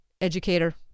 educator